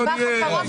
500 שקל ממה?